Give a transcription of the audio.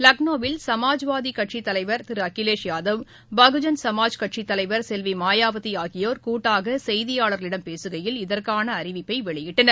லக்னோவில் சமாஜ்வாதிக் கட்சித் தலைவா் திரு அகிலேஷ் யாதவ் பகுஜன் சமாஜ்வாதிக் கட்சித் தலைவர் செல்வி மாயாவதி ஆகியோர் கூட்டாக செய்தியாளர்களிடம் பேசுகையில் இதற்கான அறிவிப்பை வெளியிட்டனர்